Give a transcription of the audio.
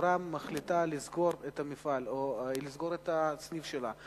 שהחברה מחליטה לסגור את המפעל או לסגור את הסניף שלה,